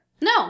No